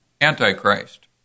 Antichrist